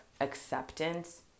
acceptance